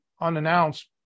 unannounced